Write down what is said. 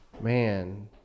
Man